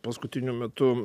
paskutiniu metu